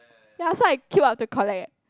ya so I queue up to collect eh